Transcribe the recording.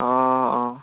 অঁ অঁ